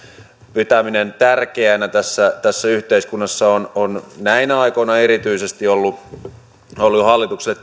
pitäminen tärkeänä tässä tässä yhteiskunnassa on on näinä aikoina erityisesti ollut hallitukselle